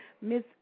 Miss